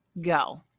go